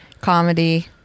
comedy